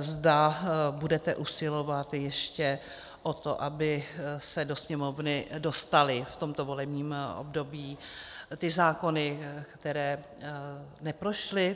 zda budete usilovat ještě o to, aby se do Sněmovny dostaly v tomto volebním období ty zákony, které neprošly.